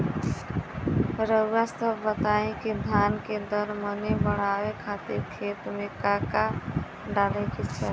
रउआ सभ बताई कि धान के दर मनी बड़ावे खातिर खेत में का का डाले के चाही?